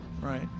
Right